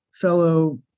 fellow